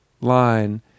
line